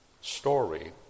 story